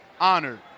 honored